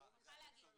אני מוכרחה להגיד.